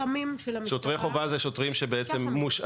שוטרי חובה זה שוטרים מושאלים.